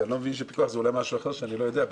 ואני לא מבין שפיקוח זה אולי משהו אחר שאני לא יודע מהו.